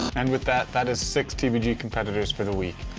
and with that, that is six tbg competitors for the week.